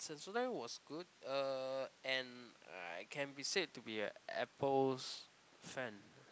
Sensodyne was good uh and I can be said to be an Apple's fan